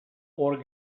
hor